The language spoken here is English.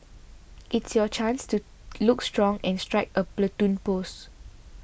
it's your chance to look strong and strike a Platoon pose